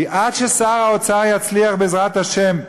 כי עד ששר האוצר יצליח, בעזרת השם,